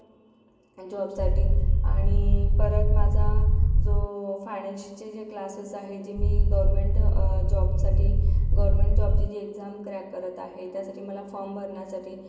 जॉबसाठी आणि परत माझा जो फायनान्सचे जे क्लासेस आहे जे मी गवर्नमेंट जॉबसाठी गवर्नमेंट जॉबची जी एक्झाम क्रॅक करत आहे त्यासाठी मला फॉर्म भरण्यासाठी